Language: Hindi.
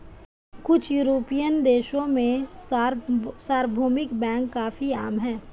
कुछ युरोपियन देशों में सार्वभौमिक बैंक काफी आम हैं